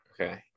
Okay